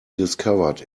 discovered